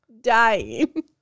dying